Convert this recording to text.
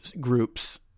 groups